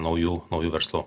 naujų naujų verslų